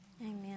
Amen